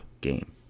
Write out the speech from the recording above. game